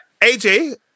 AJ